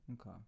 Okay